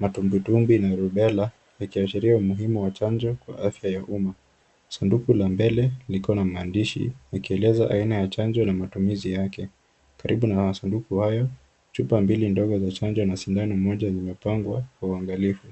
matumbwitumbwi na rubela yakiashiria umuhimu wa chanjo kwa afya ya umma. Sanduku la mbele liko na maandishi yakieleza aina ya chanjo na matumizi yake. Karibu na masanduku hayo, chupa mbili ndogo za chanjo na sindano moja zimepangwa kwa uangalifu.